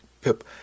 Pip